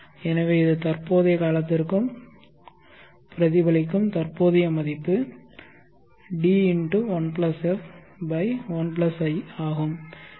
எனவே இது தற்போதைய காலத்திற்கும் பிரதிபலிக்கும் தற்போதைய மதிப்பு D1f1i ஆகும்